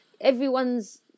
everyone's